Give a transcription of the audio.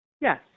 yes